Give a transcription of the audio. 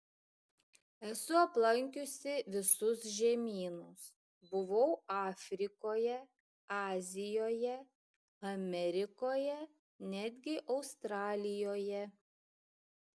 esu aplankiusi visus žemynus buvau afrikoje azijoje amerikoje netgi australijoje